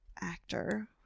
actor